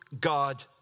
God